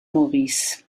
maurice